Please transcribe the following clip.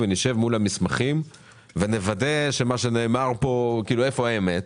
נשב מול המסמכים ונוודא איפה האמת.